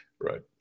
right